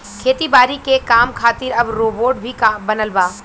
खेती बारी के काम खातिर अब रोबोट भी बनल बा